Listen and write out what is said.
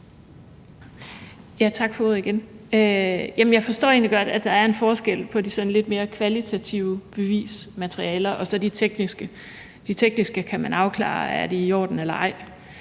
Tak for ordet igen. Jeg forstår egentlig godt, at der er en forskel på de sådan lidt mere kvalitative bevismaterialer og så de tekniske. De tekniske kan man afklare om er i orden eller ej.